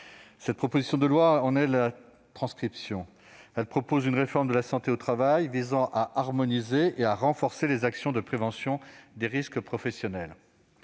présente proposition de loi est la transcription. Celle-ci prévoit une réforme de la santé au travail visant à harmoniser et à renforcer les actions de prévention des risques professionnels.